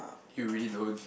you really don't